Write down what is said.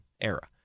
era